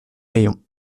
rayons